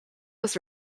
was